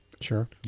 Sure